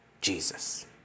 Jesus